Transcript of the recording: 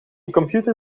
computer